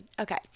Okay